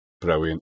Brilliant